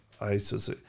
ISIS